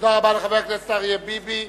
תודה רבה לחבר הכנסת אריה ביבי.